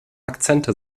akzente